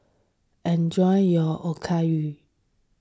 enjoy your Okayu